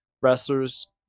wrestlers